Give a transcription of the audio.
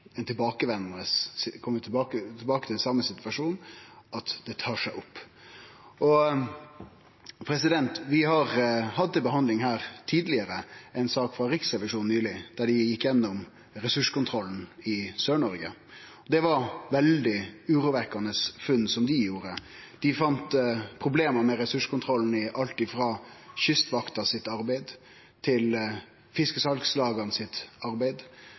ein styggedom som ikkje skal skje. Reglane er der, krava er der, men så kjem vi tilbake til den same situasjonen, at det tar seg opp. Vi har nyleg behandla ei sak frå Riksrevisjonen. Dei hadde gått igjennom ressurskontrollen i Sør-Noreg. Det var veldig urovekkjande funn dei gjorde. Dei fann problem med ressurskontrollen i alt frå Kystvaktas arbeid til arbeidet til fiskesalslaga,